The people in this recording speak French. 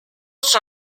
sur